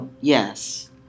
Yes